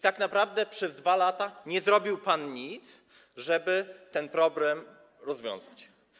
Tak naprawdę przez 2 lata nie zrobił pan nic, żeby ten problem rozwiązać.